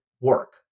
work